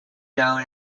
known